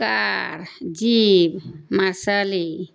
car jeep marshal